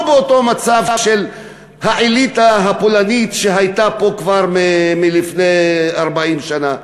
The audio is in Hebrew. באותו מצב של האליטה הפולנית שהיא פה כבר מלפני 40 שנה.